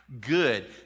Good